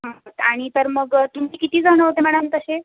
आणि तर मग तुमचे किती जण होते मॅडम तसे